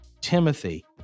Timothy